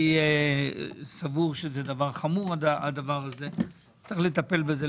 אני סבור שזה דבר חמור וצריך לטפל בזה.